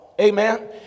Amen